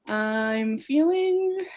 i'm feeling.